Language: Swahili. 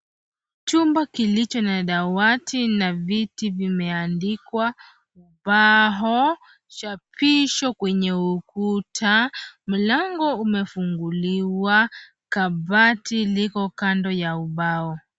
Chumba kilicho na dawati na viti vimeandikwa bao, chapisho kwenye ukuta, mlango umefunguliwa. Kabati liko kando ya ubao.